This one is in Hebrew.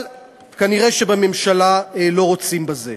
אבל כנראה בממשלה לא רוצים בזה.